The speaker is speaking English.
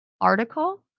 article